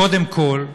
קודם כול,